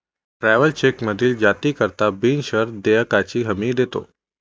travellers चेकमधील जारीकर्ता बिनशर्त देयकाची हमी देतो